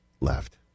left